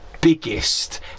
biggest